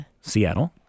Seattle